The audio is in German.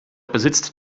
besitzt